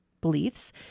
beliefs